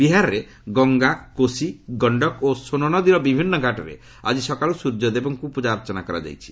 ବିହାରରେ ଗଙ୍ଗା କୋଶି ଗଶ୍ତକ ଓ ସୋନ ନଦୀର ବିଭିନ୍ନ ଘାଟରେ ଆଜି ସକାଳୁ ସୂର୍ଯ୍ୟଦେବଙ୍କୁ ପୂଜାର୍ଚ୍ଚନା କରାଯାଇଛି